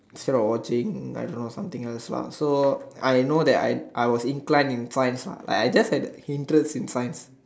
instead of watching I don't know something else lah so I know that I I was inclined in science lah like I I just had that interest in science